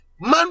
man